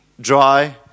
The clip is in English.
dry